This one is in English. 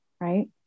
right